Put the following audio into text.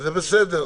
וזה בסדר.